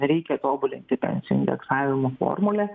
reikia tobulinti pensijų indeksavimo formulę